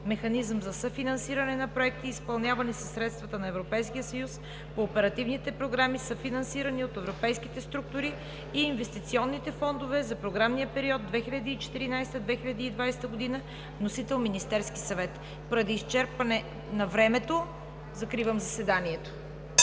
механизъм за съфинансиране на проекти, изпълнявани със средства от Европейския съюз по оперативните програми, съфинансирани от европейските структурни и инвестиционни фондове за програмния период 2014 – 2020 г., вносител – Министерският съвет. Поради изчерпване на времето закривам заседанието.